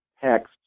text